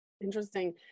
Interesting